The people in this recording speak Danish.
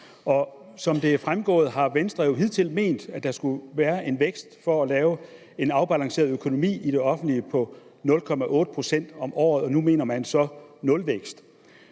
Som det er fremgået, har Venstre jo hidtil ment, at der skulle være en vækst på 0,8 pct. om året for at lave en afbalanceret økonomi i det offentlige, og nu mener man så nulvækst.